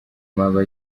bituma